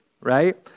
right